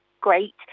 great